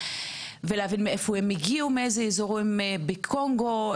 ולהבין מאיזה אזורים בקונגו הם הגיעו,